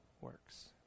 works